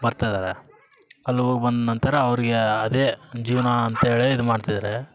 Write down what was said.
ಬರ್ತಾ ಇದ್ದಾರೆ ಅಲ್ಲಿ ಹೋಗ್ ಬಂದ ನಂತರ ಅವ್ರಿಗೆ ಅದೇ ಜೀವನ ಅಂತೇಳಿ ಇದು ಮಾಡ್ತಿದ್ದಾರೆ